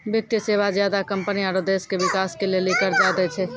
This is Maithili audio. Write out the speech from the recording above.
वित्तीय सेवा ज्यादा कम्पनी आरो देश के बिकास के लेली कर्जा दै छै